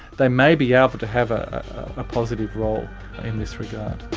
they may be able to have a ah positive role in this regard.